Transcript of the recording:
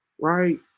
Right